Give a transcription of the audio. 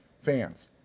fans